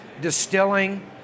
distilling